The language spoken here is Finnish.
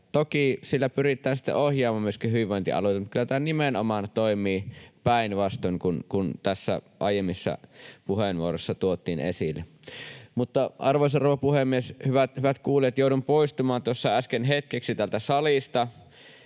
toki sillä pyritään myöskin ohjaamaan hyvinvointialueita, eli kyllä tämä nimenomaan toimii päinvastoin kuin tässä aiemmissa puheenvuoroissa tuotiin esille. Arvoisa rouva puhemies ja hyvät kuulijat! Jouduin poistumaan tuossa äsken hetkeksi täältä salista